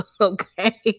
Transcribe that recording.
Okay